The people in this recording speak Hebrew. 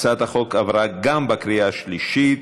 הצעת החוק עברה גם בקריאה השלישית.